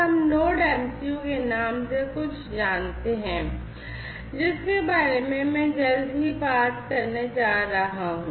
हम Node MCU के नाम से कुछ जानते हैं जिसके बारे में मैं जल्द ही बात करने जा रहा हूँ